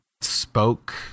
spoke